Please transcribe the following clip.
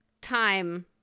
time